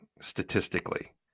statistically